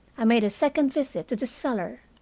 i made a second visit to the cellar.